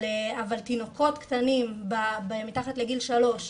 אבל אנחנו באמת זה משהו שחייבים לתת עליו את הדעת,